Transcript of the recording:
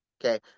Okay